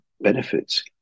benefits